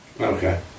okay